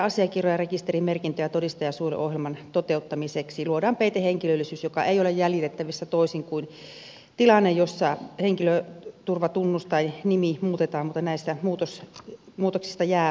todistajansuojeluohjelman toteuttamiseksi luodaan peitehenkilöllisyys joka ei ole jäljitettävissä toisin kuin tilanteessa jossa henkilöturvatunnus tai nimi muutetaan mutta näistä muutoksista jää jälki väestötietojärjestelmään